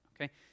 Okay